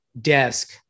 desk